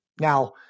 Now